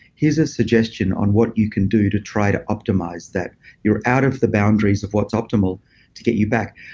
here's a suggestion on what you can do to try to optimize that you're out of the boundaries of what's optimal to get you back.